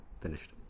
finished